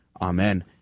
Amen